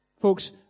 Folks